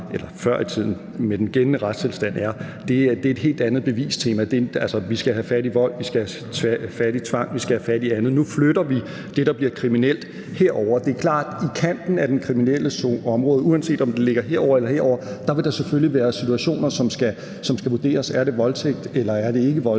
eller før i tiden og med den gældende retstilstand er et helt andet bevistema. Altså, vi skal have fat i vold, vi skal have fat i tvang, vi skal have fat i andet. Nu flytter vi det, der bliver kriminelt, herover. Det er selvfølgelig klart, at der i kanten af det kriminelle område, uanset om det ligger herovre eller derovre, vil være situationer, som skal vurderes: Er det voldtægt, eller er det ikke voldtægt?